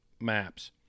Maps